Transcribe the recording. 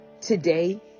today